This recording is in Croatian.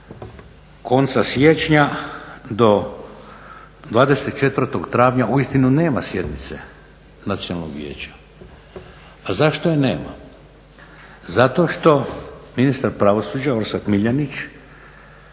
konca siječnja do 24. travnja uistinu nema sjednice nacionalnog vijeća. A zašto je nama? Zato što ministar pravosuđa Orstat Miljenić